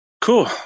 Cool